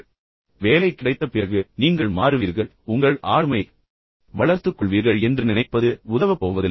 ஆனால் வேலை கிடைத்த பிறகு நீங்கள் மாறுவீர்கள் உங்கள் ஆளுமையை வளர்த்துக் கொள்வீர்கள் என்று நினைப்பது உதவப் போவதில்லை